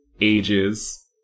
ages